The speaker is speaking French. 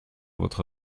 votre